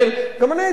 גם אני הייתי שמח,